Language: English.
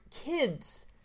Kids